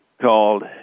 called